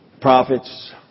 prophets